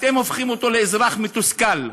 אתם הופכים אותו לאזרח מתוסכל,